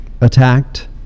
attacked